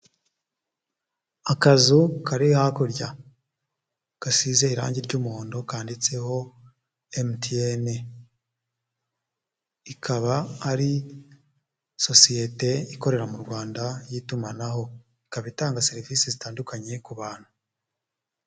Akazu kari hakurya gasize irangi ry'umuhondo kanditseho MTN, ikaba ari sosiyete ikorera mu Rwanda y'itumanaho, ikaba itanga serivisi zitandukanye ku bantu.